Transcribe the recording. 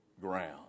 ground